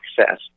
access